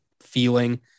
feeling